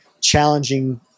challenging